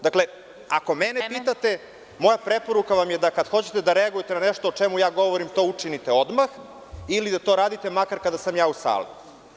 Dakle, ako mene pitate moja preporuka vam je da kad hoćete da reagujete na nešto o čemu govorim, to učinite odmah ili da to uradite makar kada sam ja u sali.